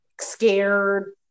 scared